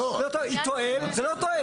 לא, זה לא תואם.